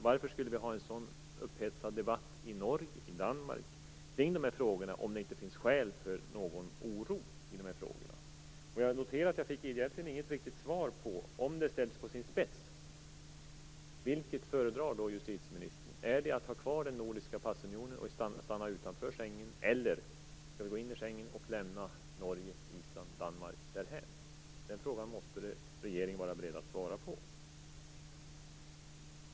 Varför skulle debatten vara så upphetsad i Norge och i Danmark om det inte fanns skäl för oro? Jag noterar att jag inte fick något riktigt svar på frågan jag ställde. Vilket föredrar justitieministern om situationen ställs på sin spets? Är det att ha kvar den nordiska passunionen och stanna utanför Schengen, eller är det att gå in i Schengen och lämna Norge, Island och Danmark därhän? Den frågan måste regeringen vara beredd att svara på.